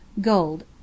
Gold